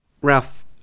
Ralph